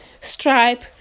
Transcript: Stripe